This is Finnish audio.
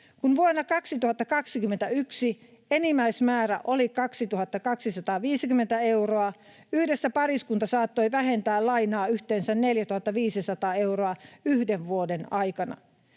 Kun vuonna 2021 enimmäismäärä oli 2 250 euroa, yhdessä pariskunta saattoi vähentää yhteensä 4 500 euroa yhden vuoden aikana.